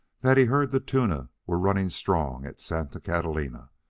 that he heard the tuna were running strong at santa catalina,